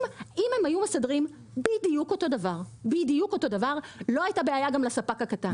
אם הם היו מסדרים בדיוק אותו דבר לא הייתה בעיה גם לספק הקטן.